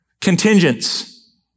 contingents